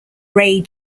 ray